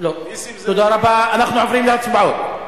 תודה רבה, אנחנו עוברים להצבעות.